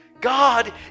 god